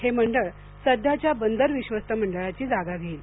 हे मंडळ सध्याच्या बंदर विश्वस्त मंडळांची जागा घेईल